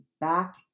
back